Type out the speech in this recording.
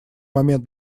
момент